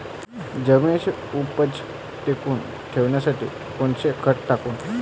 जमिनीची उपज टिकून ठेवासाठी कोनचं खत टाकू?